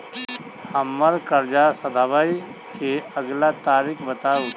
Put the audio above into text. हम्मर कर्जा सधाबई केँ अगिला तारीख बताऊ?